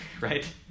right